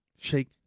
shake